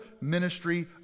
ministry